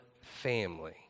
family